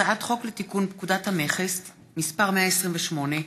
הצעת חוק לתיקון פקודת המכס (מס' 28),